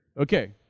okay